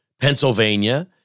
Pennsylvania